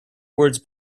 words